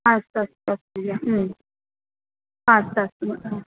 अस्तु अस्तु अस्तु अस्तु अस्तु महोदय